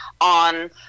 on